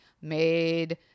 made